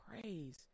praise